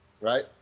right